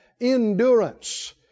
endurance